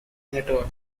network